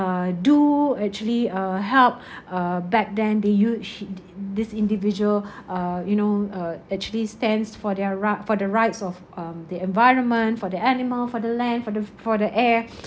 uh do actually uh help uh back then they us~ sh~ this individual uh you know uh actually stands for their righ~ for the rights of um the environment for the animal for the land for the for the air